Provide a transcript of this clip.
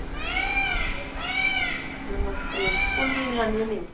नमस्ते school की नेई आनी होनी